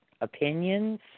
opinions